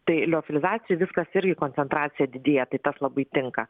tai liofelizacijoj viskas irgi koncentracija didėja tai tas labai tinka